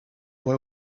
boy